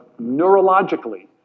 neurologically